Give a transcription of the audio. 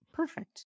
perfect